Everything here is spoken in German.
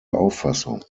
auffassung